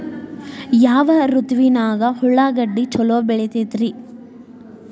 ಯಾವ ಋತುವಿನಾಗ ಉಳ್ಳಾಗಡ್ಡಿ ಛಲೋ ಬೆಳಿತೇತಿ ರೇ?